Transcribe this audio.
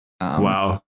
Wow